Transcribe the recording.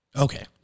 Okay